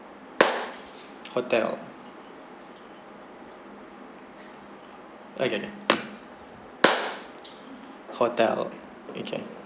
hotel okay K hotel okay